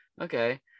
okay